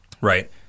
right